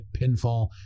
pinfall